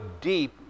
deep